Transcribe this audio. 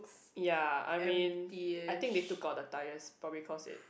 ya I mean I think that to got the tyres probably cross it